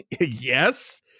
yes